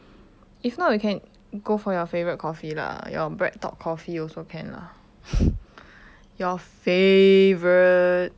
if not we can go for your favourite coffee lah your breadtalk coffee also can lah your favourite